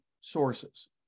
sources